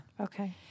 Okay